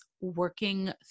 working